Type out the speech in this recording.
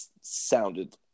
sounded